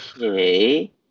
Okay